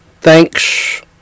thanks